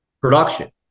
production